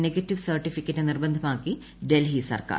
negative certificate നിർബന്ധമാക്കി ഡൽഹി സർക്കാർ